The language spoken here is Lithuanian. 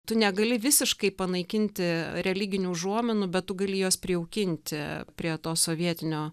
tu negali visiškai panaikinti religinių užuominų bet tu gali juos prijaukinti prie to sovietinio